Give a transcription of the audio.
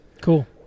Cool